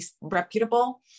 reputable